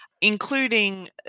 including